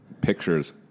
pictures